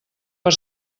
per